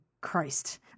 Christ